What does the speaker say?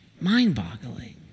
Mind-boggling